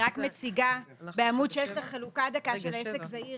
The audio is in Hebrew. אני מציגה בעמוד 6 את החלוקה החדשה של עסק זעיר